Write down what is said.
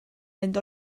mynd